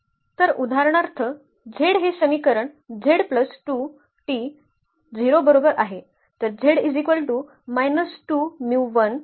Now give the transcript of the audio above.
तर उदाहरणार्थ z हे समीकरण z प्लस 2 t 0 बरोबर आहे